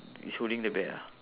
it's holding the bear ah